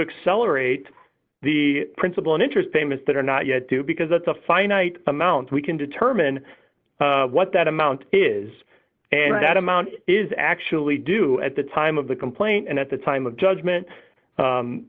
accelerate the principal and interest payments that are not yet two because that's a finite amount we can determine what that amount is and that amount is actually due at the time of the complaint and at the time of judgment